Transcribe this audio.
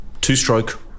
Two-stroke